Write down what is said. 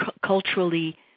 culturally